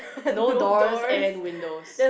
no doors and windows